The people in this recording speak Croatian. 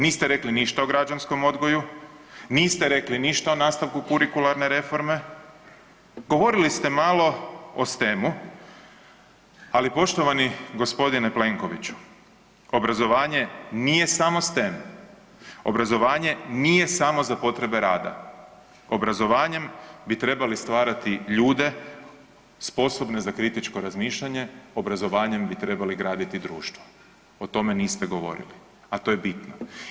Niste rekli ništa o građanskom odgoju, niste rekli ništa o nastavku kurikularne reforme, govorili ste malo o STEM-u, ali poštovani gospodine Plenkoviću obrazovanje nije samo STEM, obrazovanje nije samo za potrebe rada, obrazovanjem bi trebali stvarati ljude sposobne za kritičko razmišljanje, obrazovanjem bi trebali graditi društvo o tome niste govorili, a to je bitno.